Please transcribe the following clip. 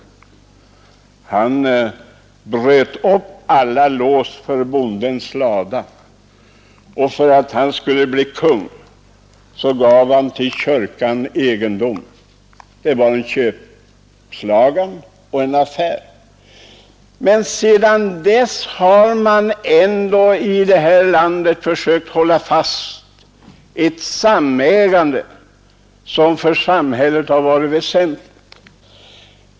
Han bröt upp alla lås för bondens lada, och han gav egendom till kyrkan för att han skulle bli kung. Det var en ren köpslagan, en affär. Men sedan dess har man ändå här i landet försökt att hålla fast vid ett samägande som varit väsentligt för samhället.